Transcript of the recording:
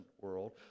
world